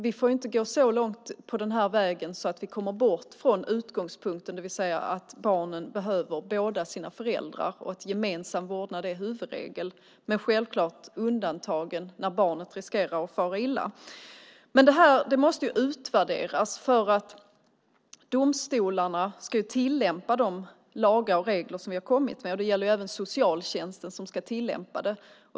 Vi får inte gå så långt på den här vägen att vi kommer bort från utgångspunkten, det vill säga att barnen behöver båda sina föräldrar och att gemensam vårdnad är huvudregel, självklart med undantag för när barnet riskerar att fara illa. Men det här måste utvärderas. Domstolarna ska tillämpa de lagar och regler som vi har kommit med. Det gäller även socialtjänsten, som ska tillämpa det.